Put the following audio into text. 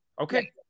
Okay